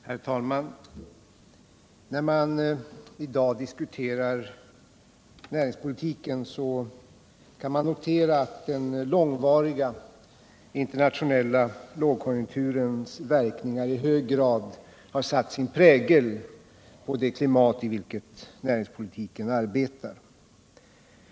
Herr talman! När vi i dag diskuterar näringspolitiken kan det noteras att den långvariga internationella lågkonjunkturens verkningar i hög grad har satt sin prägel på det klimat i vilket näringspolitiken arbetar.